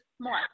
more